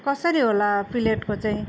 कसरी होला प्लेटको चाहिँ